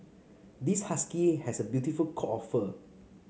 this husky has a beautiful coat of fur